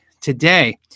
today